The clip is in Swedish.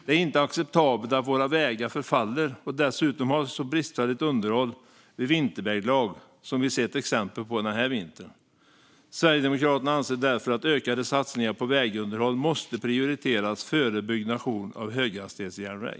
Det är inte acceptabelt att våra vägar förfaller och att det dessutom är så bristfälligt underhåll vid vinterväglag som vi har sett exempel på den här vintern. Sverigedemokraterna anser därför att ökade satsningar på vägunderhåll måste prioriteras före byggnation av höghastighetsjärnväg.